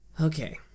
Okay